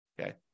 Okay